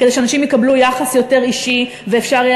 כדי שאנשים יקבלו יחס יותר אישי ואפשר יהיה